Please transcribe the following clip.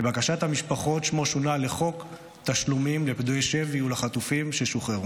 לבקשת המשפחות שמו שונה ל"חוק תשלומים לפדויי שבי ולחטופים ששוחררו".